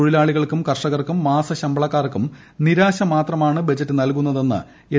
തൊഴിലാളികൾക്കും കർഷകർക്കും മാസശമ്പളക്കാർക്കും നിരാശ മാത്രമാണ് ബജറ്റ് നൽകുന്നതെന്ന് എൻ